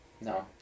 No